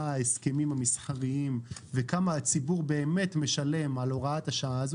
ההסכמים המסחריים וכמה הציבור באמת משלם על הוראת השעה הזאת.